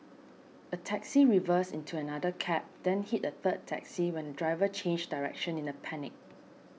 a taxi reversed into another cab then hit a third taxi when the driver changed direction in a panic